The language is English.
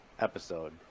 episode